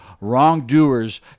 Wrongdoers